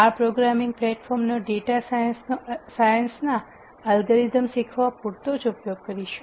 R programming પ્લેટફોર્મનો data science ના algorithms શીખવવા પૂરતો જ ઉપયોગ કરીશું